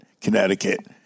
Connecticut